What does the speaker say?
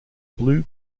blue